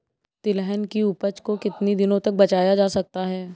तिलहन की उपज को कितनी दिनों तक बचाया जा सकता है?